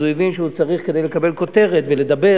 אז הוא הבין שכדי לקבל כותרת הוא צריך לדבר